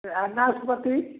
से आओर नाशपाती